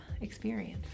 experience